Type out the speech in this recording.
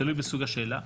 תלוי בסוג השאלה.